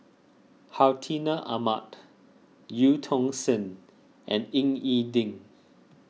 Hartinah Ahmad Eu Tong Sen and Ying E Ding